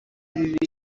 bibiri